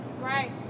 Right